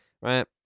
right